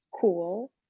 cool